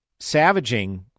savaging